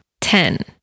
Ten